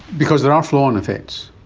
because there are flow-on effects.